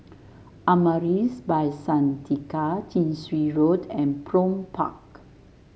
Amaris By Santika Chin Swee Road and Prome Park